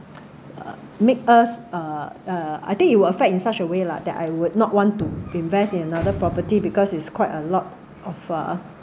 make a uh uh I think it will affect in such a way lah that I would not want to invest in another property because it's quite a lot of uh